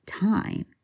time